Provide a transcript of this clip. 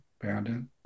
abandoned